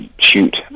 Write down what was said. shoot